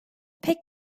pek